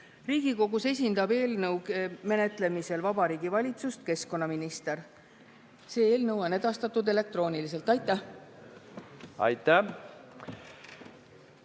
Riigikogus esindab eelnõu menetlemisel Vabariigi Valitsust keskkonnaminister. Eelnõu on edastatud elektrooniliselt. Aitäh! Aitäh!